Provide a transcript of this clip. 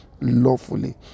lawfully